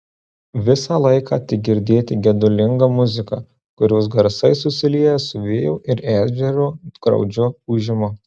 visą laiką tik girdėti gedulinga muzika kurios garsai susilieja su vėjo ir ežero graudžiu ūžimu